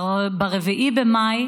ב-4 במאי